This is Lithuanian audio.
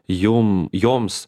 jom joms